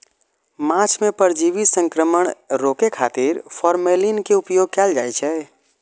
माछ मे परजीवी संक्रमण रोकै खातिर फॉर्मेलिन के उपयोग कैल जाइ छै